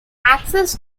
access